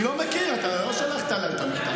אני לא מכיר, אתה לא שלחת אליי את המכתב.